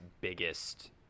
biggest